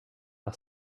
par